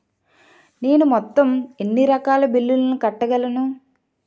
నేను మొత్తం ఎన్ని రకాల బిల్లులు కట్టగలను?